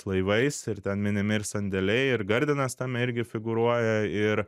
laivais ir ten minimi ir sandėliai ir gardinas tame irgi figūruoja ir